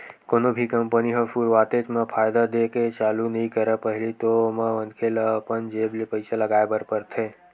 कोनो भी कंपनी ह सुरुवातेच म फायदा देय के चालू नइ करय पहिली तो ओमा मनखे ल अपन जेब ले पइसा लगाय बर परथे